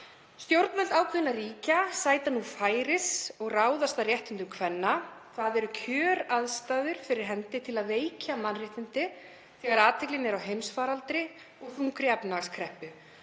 Stjórnvöld ákveðinna ríkja sæta nú færis og ráðast að réttindum kvenna. Það eru kjöraðstæður fyrir hendi til að veikja mannréttindi þegar athyglin er á heimsfaraldri og þungri efnahagskreppu.